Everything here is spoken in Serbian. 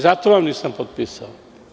Zato vam nisam potpisao.